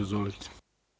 Izvolite.